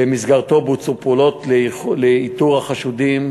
ובמסגרתה בוצעו פעולות לאיתור החשודים.